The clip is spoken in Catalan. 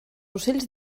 ocells